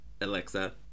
Alexa